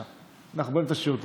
בבקשה, אנחנו באמצע שיעור תורה.